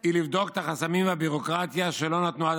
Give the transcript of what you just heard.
היא לבדוק את החסמים והביורוקרטיה שלא נתנו עד